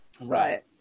Right